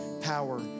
power